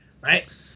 Right